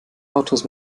autos